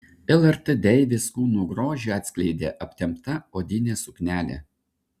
lrt deivės kūno grožį atskleidė aptempta odinė suknelė